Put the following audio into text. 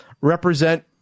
represent